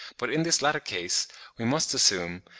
but in this latter case we must assume,